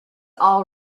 all